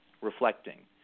reflecting